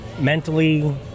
mentally